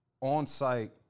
on-site